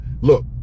look